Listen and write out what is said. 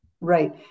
Right